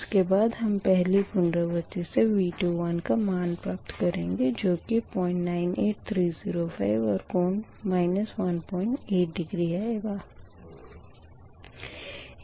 उसके बाद हम पहली पुनरावर्ती से V21 का मान प्राप्त करेंगे जो कि 098305 और कोण 18 डिग्री आएगा